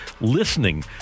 listening